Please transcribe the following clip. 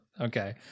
Okay